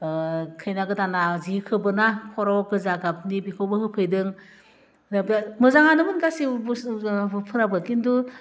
खैना गोदाना जि खोबो ना खर'आव गोजा गाबनि बेखौबो होफैदों आरो बे मोजाङानोमोन गासैबो बुस्थुफोराबो खिन्थु